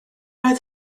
oedd